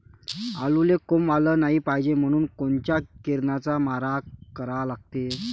आलूले कोंब आलं नाई पायजे म्हनून कोनच्या किरनाचा मारा करा लागते?